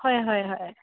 ꯍꯣꯏ ꯍꯣꯏ ꯍꯣꯏ